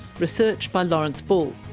research by lawrence bull,